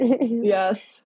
Yes